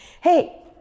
hey